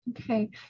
Okay